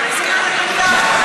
וגם נתניהו.